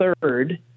third